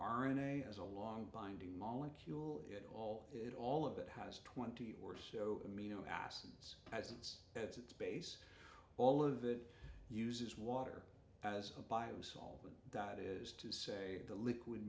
has a long binding molecule it all it all of it has twenty or so amino acids presence at its base all of it uses water as a bio solvent that is to say the liquid